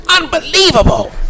Unbelievable